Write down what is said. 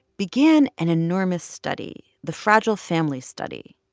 began an enormous study, the fragile families study.